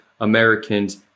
Americans